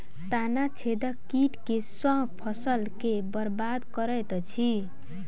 तना छेदक कीट केँ सँ फसल केँ बरबाद करैत अछि?